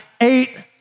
eight